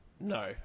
No